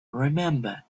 remember